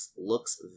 looks